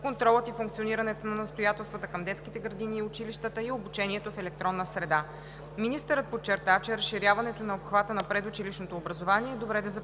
контролът и функционирането на настоятелствата към детските градини и училищата и обучението в електронна среда. Министърът подчерта, че разширяването на обхвата на предучилищното образование е добре да започне